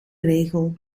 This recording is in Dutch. regel